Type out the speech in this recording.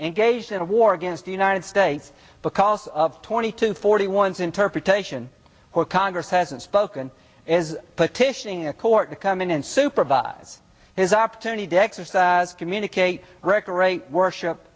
engaged in a war against the united states because of twenty to forty one's interpretation or congress hasn't spoken is petitioning the court to come in and supervise his opportunity to exercise communicate